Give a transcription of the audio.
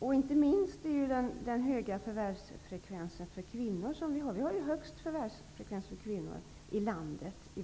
I vårt län har vi också den högsta förvärvsfrekvensen för kvinnor i landet.